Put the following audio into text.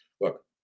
Look